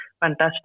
fantastic